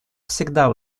всегда